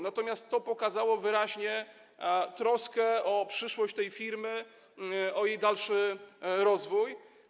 Natomiast to pokazało wyraźnie troskę o przyszłość tej firmy, o jej dalszy rozwój.